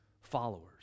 followers